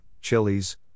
chilies